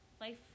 life